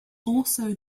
also